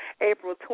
April